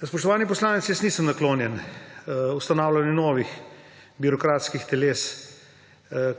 Spoštovani poslanec, jaz nisem naklonjen ustanavljanju novih birokratskih teles,